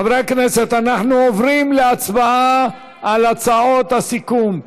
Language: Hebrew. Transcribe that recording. חברי הכנסת, אנחנו עוברים להצבעה על הצעות הסיכום.